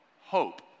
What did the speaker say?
hope